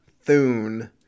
Thune